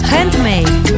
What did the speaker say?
Handmade